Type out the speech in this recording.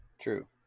True